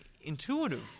intuitive